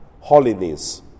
holiness